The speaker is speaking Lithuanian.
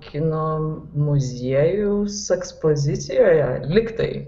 kino muziejaus ekspozicijoje lygtai